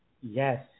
Yes